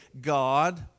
God